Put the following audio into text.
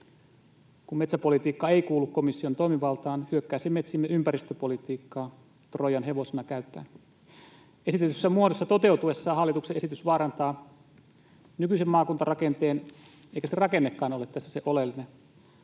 Kun metsäpolitiikka ei kuulu komission toimivaltaan, hyökkää se käyttäen metsiemme ympäristöpolitiikkaa Troijan hevosena. Esitetyssä muodossa toteutuessaan hallituksen esitys vaarantaa nykyisen maakuntarakenteen, eikä se rakennekaan ole tässä se oleellinen,